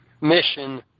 mission